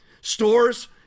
stores